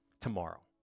tomorrow